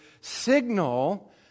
signal